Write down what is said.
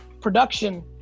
production